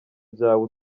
byawe